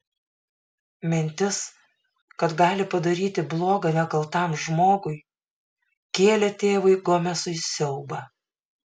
mintis kad gali padaryti bloga nekaltam žmogui kėlė tėvui gomesui siaubą